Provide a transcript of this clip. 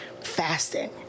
fasting